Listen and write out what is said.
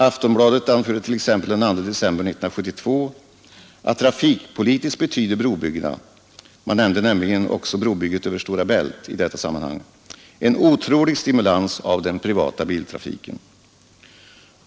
Aftonbladet anförde t.ex. den 2 december 1972 att trafikpolitiskt betyder brobyggena — man nämnde nämligen också brobygget över Stora Bält — en otrolig stimulans av den privata biltrafiken.